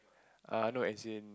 err no as in